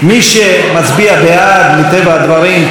מטבע הדברים תומך בדברי ראש הממשלה.